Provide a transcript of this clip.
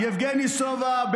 יבגני סובה,